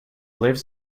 lives